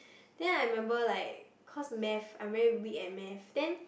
then I remember like cause math I'm very weak at math then